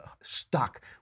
stuck